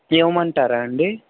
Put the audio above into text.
ఇవ్వమంటారా అండి